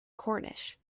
cornish